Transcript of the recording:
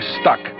stuck